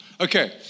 Okay